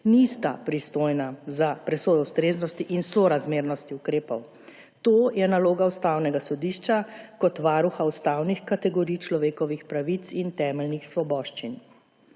nista pristojna za presojo ustreznosti in sorazmernosti ukrepov. To je naloga Ustavnega sodišča kot varuha ustavnih kategorij človekovih pravic in temeljnih svoboščin.